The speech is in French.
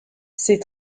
ses